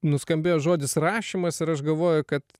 nuskambėjo žodis rašymas ir aš galvoju kad